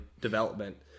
development